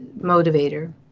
motivator